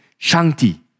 Shanti